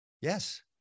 Yes